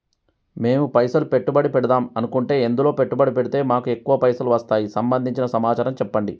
మేము పైసలు పెట్టుబడి పెడదాం అనుకుంటే ఎందులో పెట్టుబడి పెడితే మాకు ఎక్కువ పైసలు వస్తాయి సంబంధించిన సమాచారం చెప్పండి?